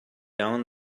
down